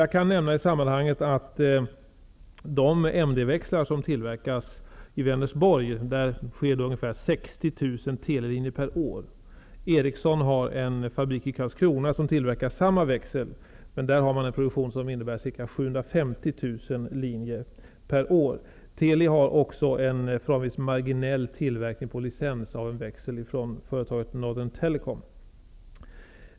Jag kan nämna i sammanhanget att de MD-växlar som tillverkas i Vänersborg motsvarar ungefär 60 000 telelinjer per år. Ericsson har en fabrik i Karlskrona som tillverkar samma sorts växlar, men där har man en produktion som innebär ungefär 750 000 linjer per år. Teli har också en förvisso marginell tillverkning på licens av en växel från företaget Northern Telecom.